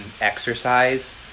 exercise